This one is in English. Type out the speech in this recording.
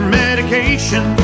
medication